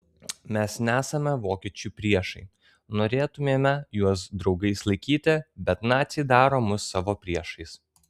mes nesame vokiečių priešai norėtumėme juos draugais laikyti bet naciai daro mus savo priešais